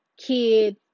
kid